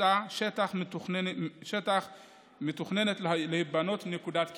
הוקצה שטח ומתוכננת להיבנות נקודת כיבוי,